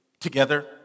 together